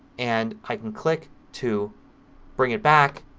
and i can click to bring it back.